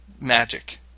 magic